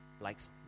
likes